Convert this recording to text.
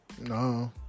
No